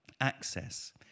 Access